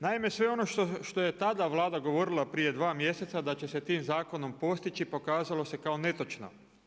Naime, sve ono što je tada Vlada govorila prije 2 mjeseca da će se tim zakonom postići pokazalo se kao netočno.